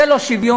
זה לא שוויון.